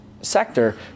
sector